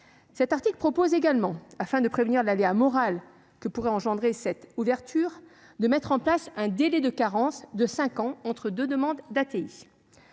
Cet article tend également, afin de prévenir l'aléa moral que pourrait engendrer cette ouverture, à mettre en place un délai de carence de cinq ans entre deux demandes d'ATI.